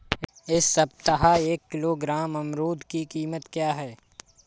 इस सप्ताह एक किलोग्राम अमरूद की कीमत क्या है?